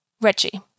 Reggie